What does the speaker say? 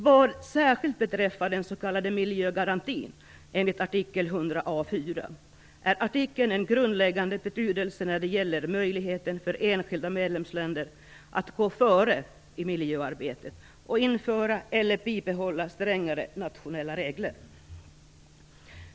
Vad särskilt beträffar den s.k. miljögarantin enligt artikel 100 a 4 är artikeln av grundläggande betydelse när det gäller möjligheten för enskilda medlemsländer att gå före i miljöarbetet och införa eller bibehålla strängare nationella regler.